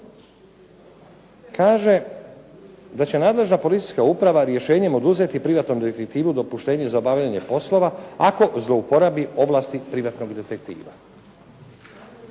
kaže da će nadležna policijska uprava rješenjem oduzeti privatnom detektivu dopuštenje za obavljanje poslova ako zlouporabi ovlasti privatnog detektiva.